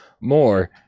more